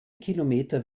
kilometer